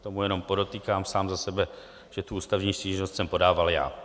K tomu jenom podotýkám sám za sebe, že ústavní stížnost jsem podával já.